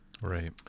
Right